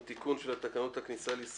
עם תיקון של תקנות הכניסה לישראל.